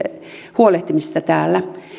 huolehtimisesta täällä